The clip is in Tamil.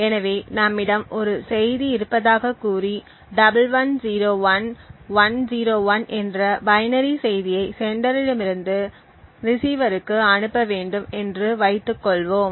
எனவே நம்மிடம் ஒரு செய்தி இருப்பதாகக் கூறி 1101101 என்ற பைனரி செய்தியை செண்டரிடமிருந்து ரிஸீவருக்கு அனுப்ப வேண்டும் என்று வைத்துக் கொள்வோம்